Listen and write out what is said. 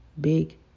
big